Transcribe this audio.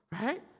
right